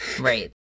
Right